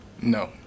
No